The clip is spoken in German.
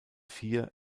vier